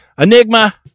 enigma